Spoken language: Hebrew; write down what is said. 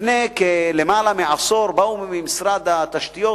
לפני למעלה מעשור באו ממשרד התשתיות,